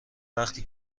وقتی